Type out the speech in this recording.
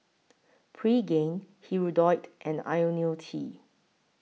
Pregain Hirudoid and Ionil T